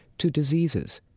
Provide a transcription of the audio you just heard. to diseases,